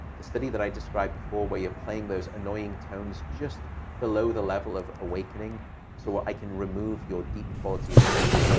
the that i described before, where you're playing those annoying tones just below the level of awakening so i can remove your deep quality of sleep,